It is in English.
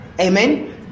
Amen